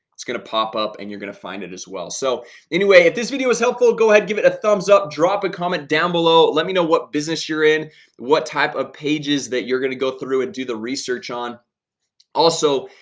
it's gonna pop up and you're gonna find it as well so anyway, if this video is helpful, go ahead give it a thumbs up drop a comment down below let me know what business you're in what type of pages that you're gonna go through and do the research on also,